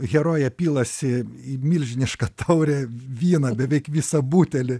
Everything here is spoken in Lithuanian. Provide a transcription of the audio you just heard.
herojė pilasi į milžinišką taurę vyną beveik visą butelį